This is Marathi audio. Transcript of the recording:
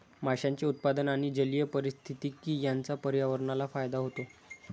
माशांचे उत्पादन आणि जलीय पारिस्थितिकी यांचा पर्यावरणाला फायदा होतो